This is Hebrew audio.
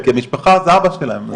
כי המשפחה זה אבא שלהם.